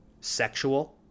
sexual